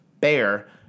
bear